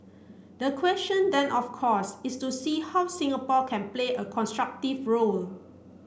the question then of course is to see how Singapore can play a constructive role